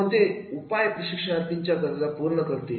कोणते उपाय प्रशिक्षणार्थींच्या गरजा पूर्ण करतील